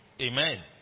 Amen